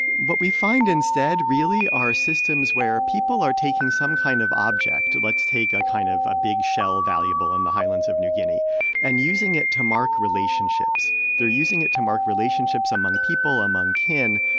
what we find, instead, really are systems where people are taking some kind of object let's take a kind of a big shell valuable in the highlands of new guinea and using it to mark relationships. they're using it to mark relationships among people, among kin,